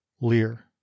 lear